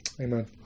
Amen